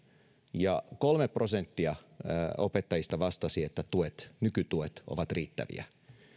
ja kolme prosenttia opettajista vastasi että nykytuet ovat riittäviä